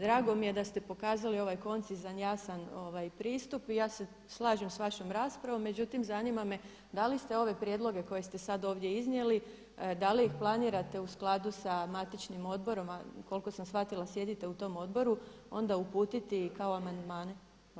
Drago mi je da ste pokazali ovaj koncizan, jasan pristup i ja se slažem s vašom raspravom, međutim zanima me da li ste ove prijedloge koje ste sad ovdje iznijeli da li planirate u skladu sa matičnim odborom, a koliko sam shvatila sjedite u tom odboru, onda uputiti i par amandmana?